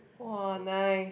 !wah! nice